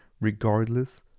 regardless